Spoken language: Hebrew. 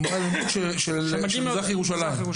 חומרי הלימוד שמגיעים למזרח ירושלים.